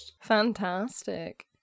Fantastic